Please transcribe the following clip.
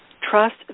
Trust